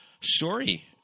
story